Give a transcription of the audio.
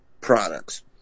products